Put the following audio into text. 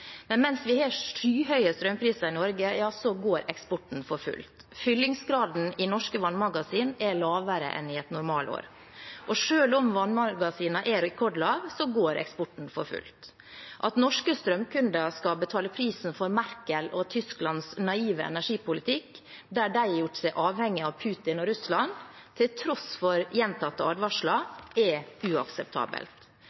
Men mens vi har skyhøye strømpriser i Norge, går eksporten for fullt. Fyllingsgraden i norske vannmagasiner er lavere enn i et normalår, og selv om vannmagasinene er rekordlave, går eksporten for fullt. At norske strømkunder skal betale prisen for Merkels og Tysklands naive energipolitikk, der de har gjort seg avhengige av Putin og Russland til tross for gjentatte